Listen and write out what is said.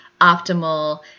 optimal